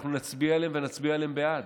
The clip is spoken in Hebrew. אנחנו נצביע עליהם ונצביע עליהם בעד.